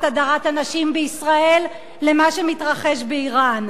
הדרת הנשים בישראל למה שמתרחש באירן.